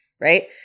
right